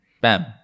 bam